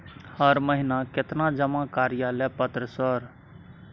हर महीना केतना जमा कार्यालय पत्र सर?